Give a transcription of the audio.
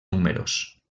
números